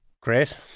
Great